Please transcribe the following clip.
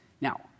Now